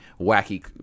wacky